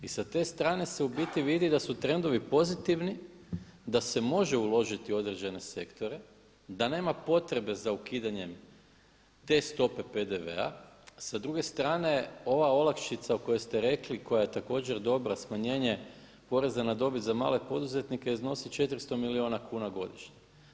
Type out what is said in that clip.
I sa te strane se u biti vidi da su trendovi pozitivni, da se može uložiti u određene sektore, da nema potrebe za ukidanjem te stope PDV-a, sa druge strane ova olakšica koja ste rekli koja je također dobra smanjenje poreza na dobit za male poduzetnike iznosi 400 milijuna kuna godišnje.